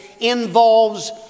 involves